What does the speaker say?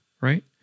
Right